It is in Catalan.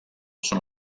són